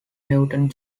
newton